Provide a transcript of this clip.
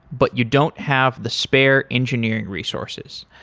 but you don't have the spare engineering resources.